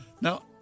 now